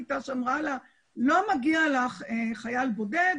מש"קית ת"ש אמרה לה: לא מגיע לך חייל בודד